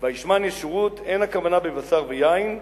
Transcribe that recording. "וישמן ישרון" אין הכוונה בבשר ויין,